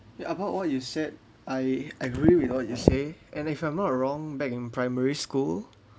ya what what you said I agree with all you say and if I'm not uh wrong back in primary school